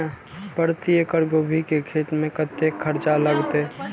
प्रति एकड़ गोभी के खेत में कतेक खर्चा लगते?